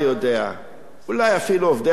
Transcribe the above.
אולי אפילו עובדי ערוץ-10 יודעים,